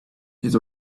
his